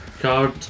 card